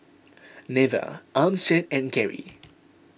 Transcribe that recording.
Neva Armstead and Keri